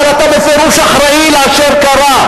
אבל אתה בפירוש אחראי לאשר קרה.